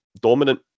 dominant